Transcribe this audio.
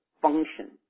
function